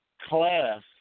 class